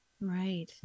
Right